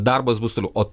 darbas bus toliau o